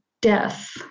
death